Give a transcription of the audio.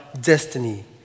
destiny